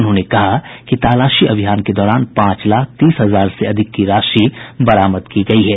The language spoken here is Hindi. उन्होंने कहा कि तलाशी अभियान के दौरान पांच लाख तीस हजार से अधिक की राशि बरामद की गयी है